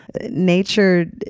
nature